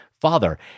father